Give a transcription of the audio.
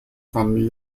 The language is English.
from